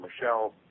Michelle